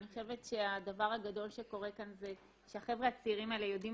אני חושבת שהדבר הגדול שקורה כאן זה שהחבר'ה הצעירים האלה יודעים